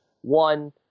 one